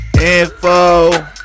Info